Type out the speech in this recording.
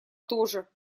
тоже